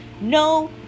No